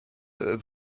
vous